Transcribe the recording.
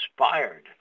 inspired